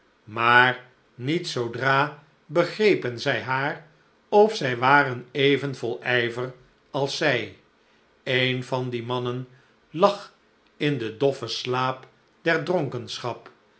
maar niet zoodra begrepen zij haar of zij waren even vol ijver als zij een van die mannen lag in den doffen slaap